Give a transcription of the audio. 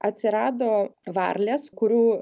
atsirado varlės kurių